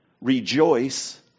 Rejoice